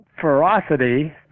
ferocity